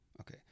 Okay